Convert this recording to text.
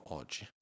oggi